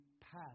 past